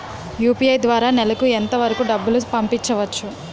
UPI ద్వారా నెలకు ఎంత వరకూ డబ్బులు పంపించవచ్చు?